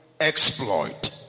Exploit